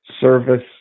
service